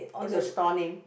what's your store name